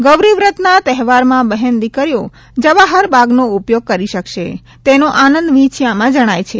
ગૌરીવ્રતના તહેવારમાં બહેન દિકરીઓ જવાહરબાગનો ઉપયોગ કરી શકશે તેનો આનંદ વિંછીયામાં જણાય છે